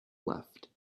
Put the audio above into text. left